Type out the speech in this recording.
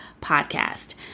podcast